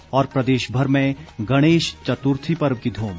और प्रदेशभर में गणेश चतुर्थी पर्व की ध्रम